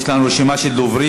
יש לנו רשימה של דוברים.